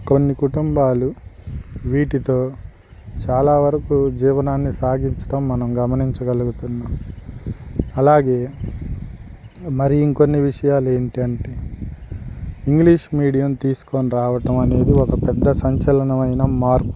కొన్ని కుటుంబాలు వీటితో చాలా వరకు జీవనాన్ని సాగించడం మనం గమనించగలుగుతున్నాము అలాగే మరి ఇంకొన్ని విషయాలు ఏంటంటే ఇంగ్లీష్ మీడియం తీసుకొని రావడం అనేది ఒక పెద్ద సంచలనమైన మార్పు